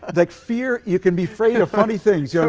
like fear you can be afraid of funny things. yeah